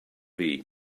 hiv